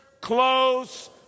close